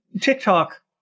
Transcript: TikTok